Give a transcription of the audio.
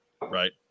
Right